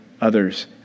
others